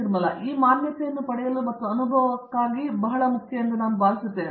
ನಿರ್ಮಲ ಈ ಮಾನ್ಯತೆಯನ್ನು ಪಡೆಯಲು ಮತ್ತು ಅನುಭವಕ್ಕಾಗಿ ಇದು ಬಹಳ ಮುಖ್ಯ ಎಂದು ನಾನು ಭಾವಿಸುತ್ತೇನೆ